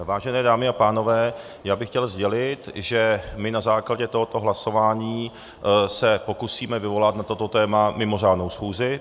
Vážené dámy a pánové, já bych chtěl sdělit, že my na základě tohoto hlasování se pokusíme vyvolat na toto téma mimořádnou schůzi.